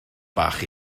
bach